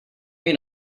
may